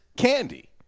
Candy